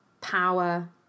power